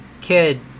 kid